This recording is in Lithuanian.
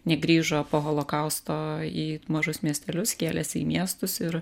negrįžo po holokausto į mažus miestelius kėlėsi į miestus ir